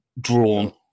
drawn